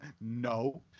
No